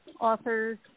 authors